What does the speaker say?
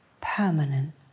permanent